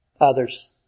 others